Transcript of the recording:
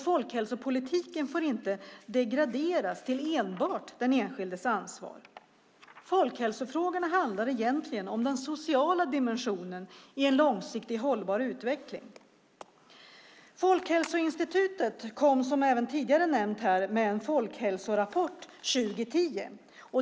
Folkhälsopolitiken får inte degraderas till enbart den enskildes ansvar. Folkhälsofrågorna handlar egentligen om den sociala dimensionen i en långsiktigt hållbar utveckling. Folkhälsoinstitutet kom, som även tidigare nämnts här, med en folkhälsorapport 2010.